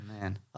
Man